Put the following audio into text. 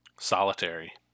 Solitary